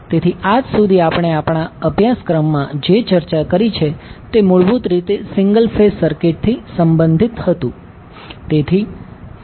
તેથી આજ સુધી આપણે આપણા અભ્યાસક્રમમાં જે ચર્ચા કરી છે તે મૂળભૂત રીતે સિંગલ ફેઝ સર્કિટથી સંબંધિત હતુ